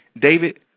David